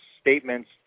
statements